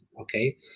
okay